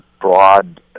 broad